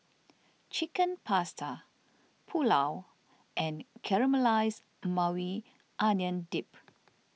Chicken Pasta Pulao and Caramelized Maui Onion Dip